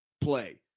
play